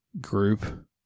group